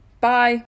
Bye